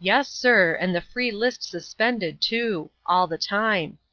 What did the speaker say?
yes, sir, and the free-list suspended, too, all the time.